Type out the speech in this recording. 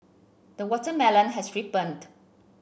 the watermelon has ripened